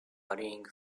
hurrying